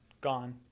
gone